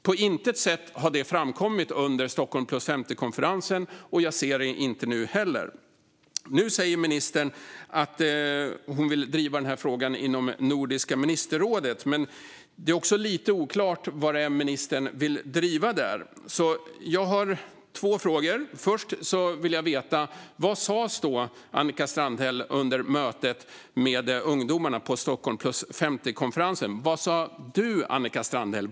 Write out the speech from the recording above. På intet sätt har det framkommit under Stockholm + 50-konferensen, och jag ser det inte nu heller. Nu säger ministern att hon vill driva frågan inom Nordiska ministerrådet. Men det är lite oklart vad ministern vill driva där. Jag har två frågor. Först vill jag veta, Annika Strandhäll, vad som sas under mötet med ungdomarna på Stockholm + 50-konferesen. Vad sa du , Annika Strandhäll?